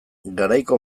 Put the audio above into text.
garaiko